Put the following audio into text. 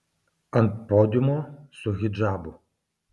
ant podiumo su hidžabu